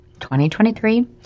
2023